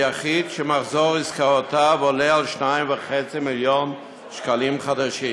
יחיד שמחזור עסקאותיו עולה על 2.5 מיליון שקלים חדשים,